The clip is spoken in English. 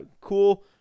Cool